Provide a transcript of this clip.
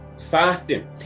Fasting